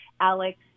Alex